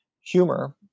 humor